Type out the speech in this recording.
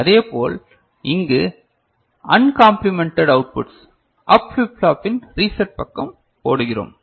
அதேபோல் இங்கு uncomplemented outputs of flip ஃப்ளாப்பின் ரீசட் பக்கம் போடுகிறோம்